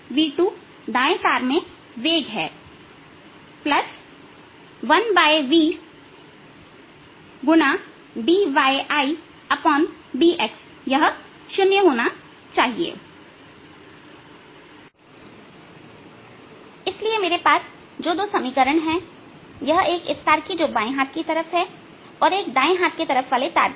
θ1 tan θ1 yIx θ2 tan θ2 yTx Net force TyTx yIx T 1v2yTt 1v1yTt इसलिए मेरे पास जो 2 समीकरण है एक यह इस तार की जो बाएं हाथ की तरफ हैं और एक दाएं हाथ की तरफ के तार की